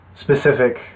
specific